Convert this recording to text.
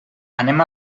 anem